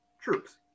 troops